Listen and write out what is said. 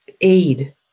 aid